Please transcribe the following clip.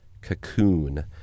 Cocoon